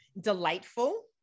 delightful